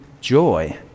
joy